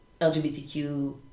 LGBTQ